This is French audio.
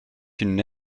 une